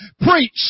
preach